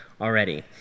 already